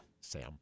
Sam